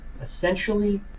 essentially